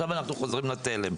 אבל עכשיו אנחנו חוזרים לתלם.